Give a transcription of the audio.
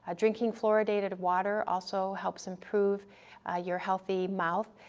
ah drinking fluoridated water also helps improve your healthy mouth,